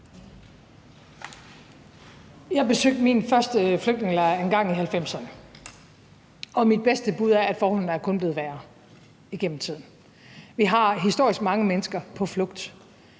Jeg besøgte for første gang en flygtningelejr engang i 1990'erne, og mit bedste bud er, at forholdene kun er blevet værre igennem tiden. Vi har historisk mange mennesker på flugt,